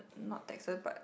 not Texan but